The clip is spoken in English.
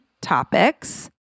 topics